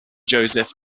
joseph